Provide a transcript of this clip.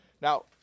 Now